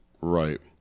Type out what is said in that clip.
Right